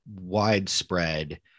widespread